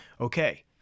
Okay